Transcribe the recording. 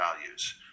values